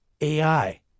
AI